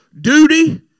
duty